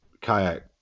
kayak